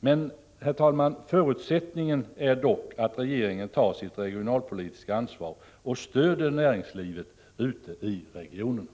Men, herr talman, förutsättningen är att regeringen tar sitt regionalpolitiska ansvar och stödjer näringslivet i regionerna.